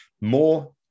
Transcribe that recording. more